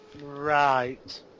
Right